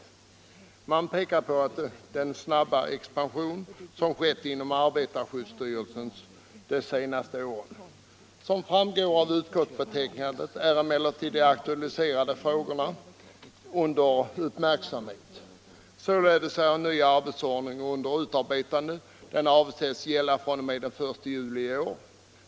Man pekar därvid på den snabba expansion som skett inom arbetarskyddsstyrelsen under de senare åren. Som framgår av utskottsbetänkandet är emellertid de aktualiserade frågorna redan föremål för uppmärksamhet. Således är en ny arbetsordning under utarbetande, som avses gälla fr.o.m. den 1 juli i år.